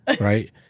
right